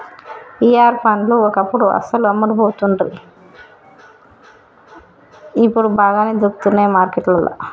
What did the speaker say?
pear పండ్లు ఒకప్పుడు అస్సలు అమ్మపోతుండ్రి ఇప్పుడు బాగానే దొరుకుతానయ్ మార్కెట్లల్లా